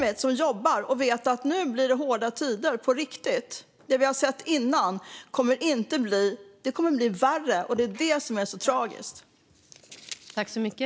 Det är de som jobbar och som vet att det nu blir hårda tider på riktigt. Det kommer inte att bli som det vi har sett tidigare, utan det kommer att bli värre. Det är det som är så tragiskt.